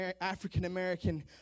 African-American